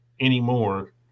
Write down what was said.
anymore